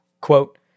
Quote